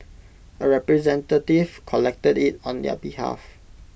A representative collected IT on their behalf